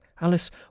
Alice